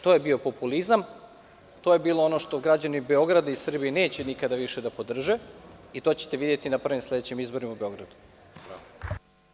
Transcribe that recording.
To je bio populizam, to je bilo ono što građani Beograda i Srbije neće nikada više da podrže i to ćete videti na prvim sledećim izborima u Beogradu.